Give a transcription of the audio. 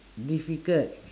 difficult